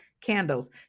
candles